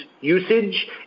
usage